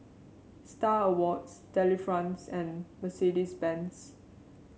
Star Awards Delifrance and Mercedes Benz